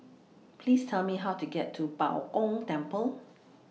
Please Tell Me How to get to Bao Gong Temple